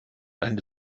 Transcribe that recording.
eine